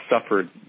suffered